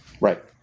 Right